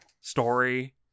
story